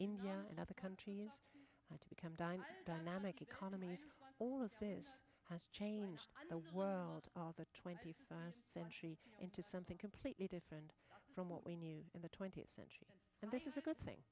india and other countries to become dime dynamic economies all of this has changed the world of the twenty five century into something completely different from what we knew in the twentieth century and this is a good thing